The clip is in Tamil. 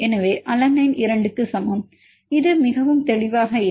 எனவே அலனைன் 2 க்கு சமம் இது மிகவும் தெளிவாக இல்லை